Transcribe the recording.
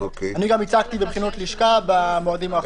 אני גם ייצגתי בבחינות לשכה במועדים האחרונים.